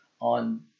on